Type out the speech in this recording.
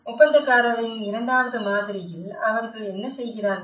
ஒப்பந்தக்காரரின் இரண்டாவது மாதிரியில் அவர்கள் என்ன செய்கிறார்கள்